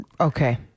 Okay